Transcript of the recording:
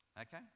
Okay